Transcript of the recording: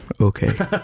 okay